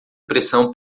pressão